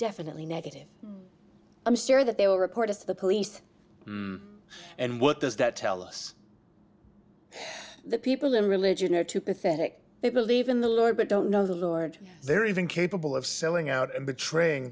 definitely negative i'm sorry that they were reported to the police and what does that tell us the people in religion are too pathetic they believe in the lord but don't know the lord they're even capable of selling out and betraying